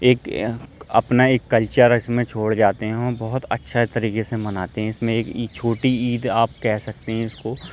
ایک اپنا ایک کلچر اس میں چھوڑ جاتے ہیں اور بہت اچھا طریقے سے مناتے ہیں اس میں ایک چھوٹی عید آپ کہہ سکتے ہیں اس کو